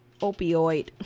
opioid